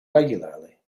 regularly